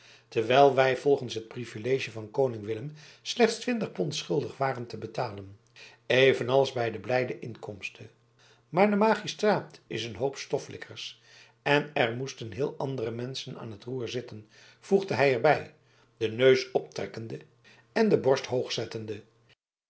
terwijl wij volgens het privilege van koning willem slechts twintig pond schuldig waren te betalen evenals bij de blijde inkomste maar de magistraat is een hoop stoflikkers en er moesten heel andere menschen aan het roer zitten voegde hij er bij den neus optrekkende en de borst hoog zettende